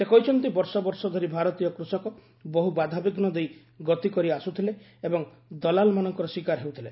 ସେ କହିଛନ୍ତି ବର୍ଷ ବର୍ଷ ଧରି ଭାରତୀୟ କୃଷକ ବହୁ ବାଧାବିଘୁ ଦେଇ ଗତି କରିଆସୁଥିଲେ ଏବଂ ଦଲାଲ୍ ମାନଙ୍କର ଶିକାର ହେଉଥିଲେ